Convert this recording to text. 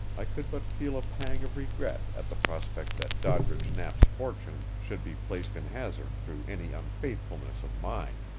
i could but feel a pang of regret at the prospect that doddridge knapp's fortune should be placed in hazard through any unfaithfulness of mine.